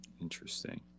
Interesting